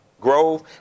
Grove